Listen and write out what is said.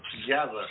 together